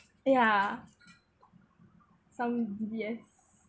ya some D_B_S